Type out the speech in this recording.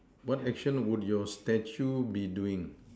what action would your statue be doing